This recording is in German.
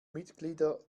mitglieder